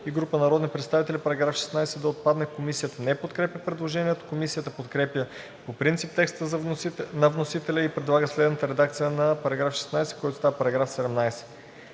и група народни представители § 7 да отпадне. Комисията не подкрепя предложението. Комисията подкрепя по принцип текста на вносителя и предлага следната редакция на § 7, който става § 8: „§ 8.